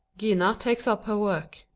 gina takes up her work.